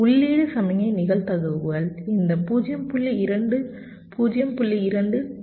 உள்ளீட்டு சமிக்ஞை நிகழ்தகவுகள் இந்த 0